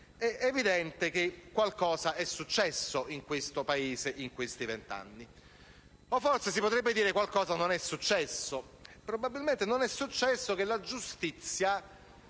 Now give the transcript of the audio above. È evidente che qualcosa è successo in questo Paese negli ultimi vent'anni o forse si potrebbe dire che qualcosa non è successo. Probabilmente non è successo che la giustizia